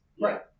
Right